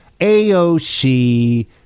AOC